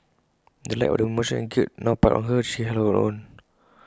in the light of the emotion and guilt now piled on her she held her own